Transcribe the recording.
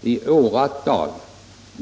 i åratal!